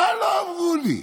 מה לא אמרו לי?